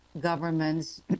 governments